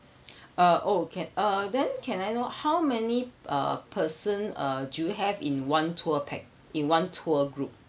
uh oh can uh then can I know how many uh person uh do you have in one tour pack~ in one tour group